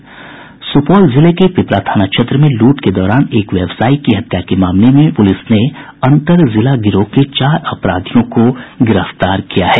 सूपौल जिले के पिपरा थाना क्षेत्र में लूट के दौरान एक व्यवसायी की हत्या के मामले में पुलिस ने अंतरजिला गिरोह के चार अपराधियों को गिरफ्तार किया है